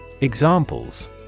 Examples